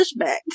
pushback